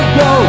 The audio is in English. go